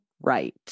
right